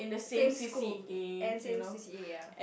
same school and same C_C_A ya